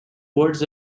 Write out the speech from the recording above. words